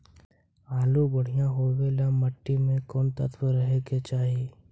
आलु बढ़िया होबे ल मट्टी में कोन तत्त्व रहे के चाही?